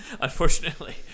unfortunately